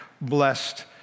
blessed